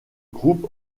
groupe